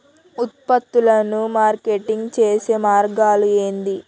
ఉత్పత్తులను మార్కెటింగ్ చేసే మార్గాలు ఏంది?